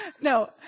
no